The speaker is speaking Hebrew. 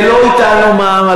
ולא הטלנו מע"מ באילת,